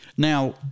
Now